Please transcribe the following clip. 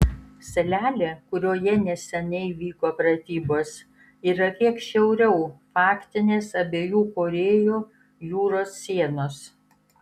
salelė kurioje neseniai vyko pratybos yra kiek šiauriau faktinės abiejų korėjų jūros sienos